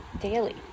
daily